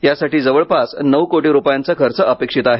यासाठी जवळपास नऊ कोटी रुपयांचा खर्च अपेक्षित आहे